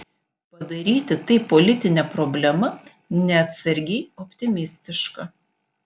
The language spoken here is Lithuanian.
padaryti tai politine problema neatsargiai optimistiška